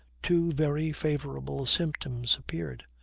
two very favorable symptoms appeared.